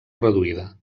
reduïda